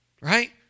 right